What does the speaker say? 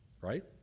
Right